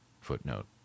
Footnote